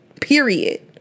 Period